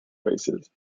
bases